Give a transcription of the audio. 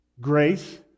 grace